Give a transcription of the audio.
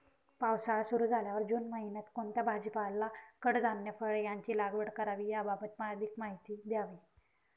पावसाळा सुरु झाल्यावर जून महिन्यात कोणता भाजीपाला, कडधान्य, फळे यांची लागवड करावी याबाबत अधिक माहिती द्यावी?